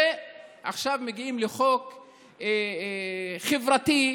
ועכשיו מגיעים לחוק חברתי,